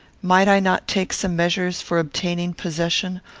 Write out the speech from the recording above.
might i not take some measures for obtaining possession,